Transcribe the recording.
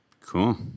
Cool